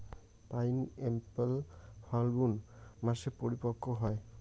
pineapple Phalgun মাসে পরিপক্ব হয়